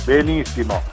Benissimo